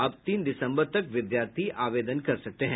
अब तीन दिसम्बर तक विद्यार्थी आवेदन कर सकते हैं